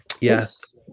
Yes